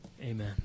Amen